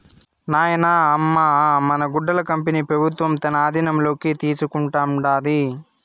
నాయనా, అమ్మ అ మన గుడ్డల కంపెనీ పెబుత్వం తన ఆధీనంలోకి తీసుకుంటాండాది